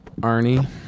Arnie